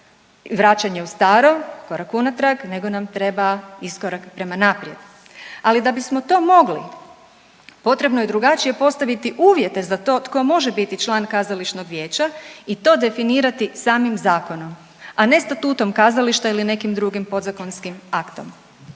vraćanje u staro, korak unatrag nego nam treba iskorak prema naprijed, ali da bismo to mogli potrebno je drugačije postaviti uvjete za to tko može biti član kazališnog vijeća i to definirati samim zakonom, a ne statutom kazališta ili nekim drugim podzakonskim aktom.